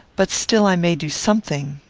but still i may do something.